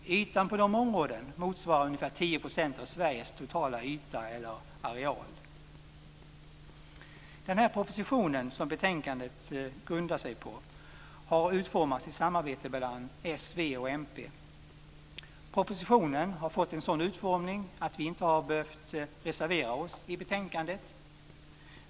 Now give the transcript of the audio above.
Ytan på dessa områden motsvarar ungefär 10 % av Sveriges totala yta. Den här propositionen som betänkandet grundar sig på har utformats i samarbete mellan s, v och mp. Propositionen har fått en sådan utformning att vi inte har behövt reservera oss i betänkandet.